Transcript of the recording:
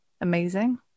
amazing